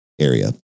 area